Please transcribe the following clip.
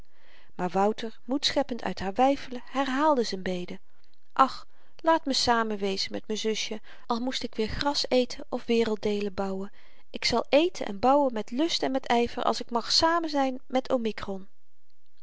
maar wouter moed scheppend uit haar weifelen herhaalde z'n bede ach laat me samenwezen met m'n zusjen al moest ik weer gras eten of werelddeelen bouwen ik zal eten en bouwen met lust en met yver als ik mag samenzyn met omikron